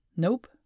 Nope